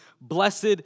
blessed